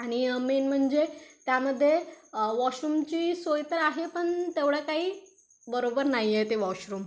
आणि मेन म्हणजे त्यामध्ये वॉशरूमची सोय तर आहे पण तेवढं काही बरोबर नाही आहे ते वॉशरूम